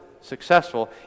successful